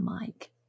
mic